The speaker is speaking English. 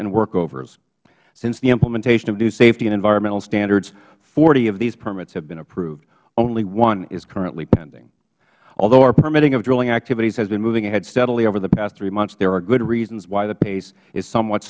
and workovers since the implementation of these safety and environmental standards forty of these permits have been approved only one is currently pending although our permitting of drilling activity has been moving ahead steadily over the past three months there are good reasons why the pace is somewhat